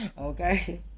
Okay